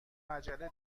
عجله